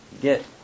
get